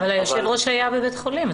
אבל היושב-ראש היה בבית חולים,